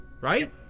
Right